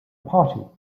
party